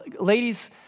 Ladies